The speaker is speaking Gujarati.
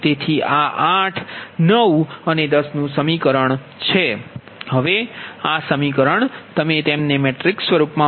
તેથી આ 8 9 અને 10 નું સમીકરણ છે હવે આ સમીકરણ તમે તેમને મેટ્રિક્સ સ્વરૂપમાં મૂકો